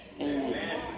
Amen